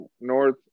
north